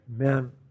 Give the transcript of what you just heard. Amen